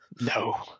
no